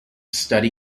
study